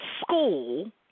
school